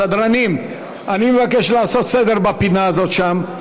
סדרנים, אני מבקש לעשות סדר בפינה הזאת שם.